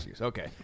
Okay